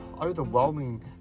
overwhelming